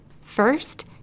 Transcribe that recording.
First